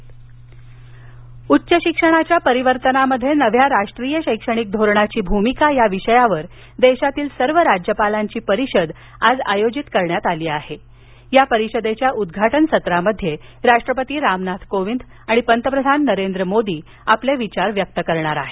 राष्ट्रीय शैक्षणिक धोरण उच्च शिक्षणाच्या परीवर्तनामध्ये नव्या राष्ट्रीय शैक्षणिक धोरणाची भूमिका या विषयावर देशातील सर्व राज्यपालांची परिषद आज आयोजित करण्यात आली असून या परिषदेच्या उद्घाटन सत्रामध्ये राष्ट्रपती रामनाथ कोविंद आणि पंतप्रधान नरेंद्र मोदी आपले विचार व्यक्त करणार आहेत